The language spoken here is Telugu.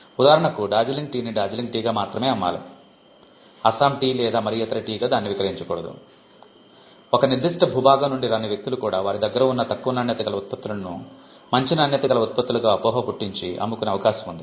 ఉదాహరణకు డార్జిలింగ్ టీని డార్జిలింగ్ టీగా మాత్రమే అమ్మాలి అస్సాం టీ లేదా మరే ఇతర టీగా దానిని విక్రయించకూడదు ఒక నిర్దిష్ట భూభాగం నుండి రాని వ్యక్తులు కూడా వారి దగ్గర ఉన్న తక్కువ నాణ్యత గల ఉత్పతులను మంచి నాణ్యత గల ఉత్పత్తులుగా అపోహ పుట్టించి అమ్ముకునే అవకాశం ఉంది